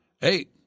hey